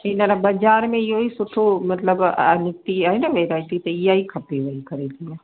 हीअंर बाज़ारि में इहोई सुठो मतिलबु निकिती आहे न वैरायटी न इहेई खपे मूंखे वेही करे